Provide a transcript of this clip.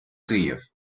київ